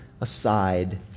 aside